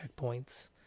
checkpoints